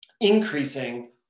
increasing